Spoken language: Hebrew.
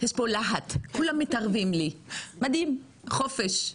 יש פה להט, כולם מתערבים לי, מדהים חופש,